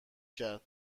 کرد